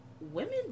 women